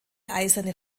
eiserne